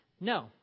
No